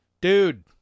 Dude